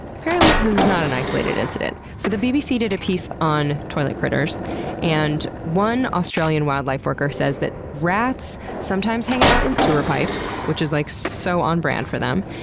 apparently, this is not an isolated incident. so the bbc did a piece on toilet critters and one australian wildlife worker says that rats sometimes hang out in sewer pipes, which is like so on-brand for them,